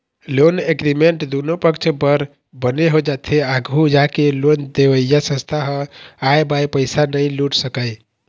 loan agreement दुनो पक्छ बर बने हो जाथे आघू जाके लोन देवइया संस्था ह आंय बांय पइसा नइ लूट सकय